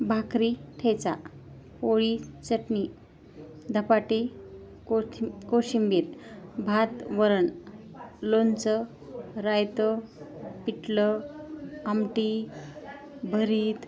भाकरी ठेचा पोळी चटणी धपाटी कोथि कोशिंबीर भात वरण लोणचं रायतं पिठलं आमटी भरीत